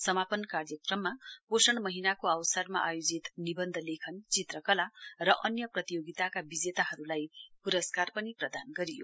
समापन कार्यक्रममा पोषण महीनाको अवसरमा आयोजित निबन्ध लेखन चित्रकला र अन्य प्रतियोगिताका विजेताहरूलाई पुरस्कार पनि प्रदान गरियो